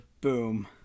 Boom